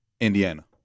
Indiana